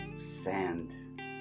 Sand